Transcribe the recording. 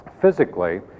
physically